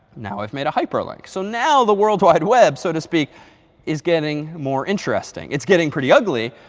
now i've made a hyperlink. so now the world wide web so to speak is getting more interesting. it's getting pretty ugly,